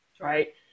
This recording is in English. right